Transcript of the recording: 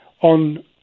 on